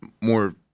more